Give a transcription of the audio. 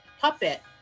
puppet